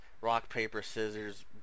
rock-paper-scissors